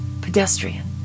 pedestrian